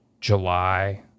july